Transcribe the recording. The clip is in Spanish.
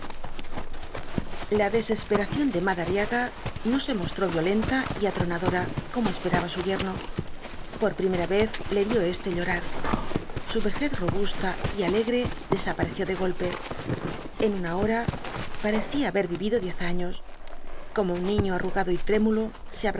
la desesperación de madariaga no se mostró violenta y atronadora como esperaba su yerno por primera vez le vio éste llorar su vejez robusta y alegre desapareció de golpe en una hora parecía haber vivido diez años como un niño arrugado y trémulo